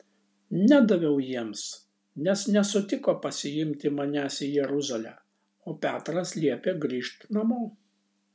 nedaviau jiems nes nesutiko pasiimti manęs į jeruzalę o petras liepė grįžt namo